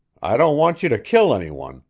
i don't want you to kill any one,